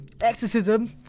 Exorcism